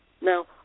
Now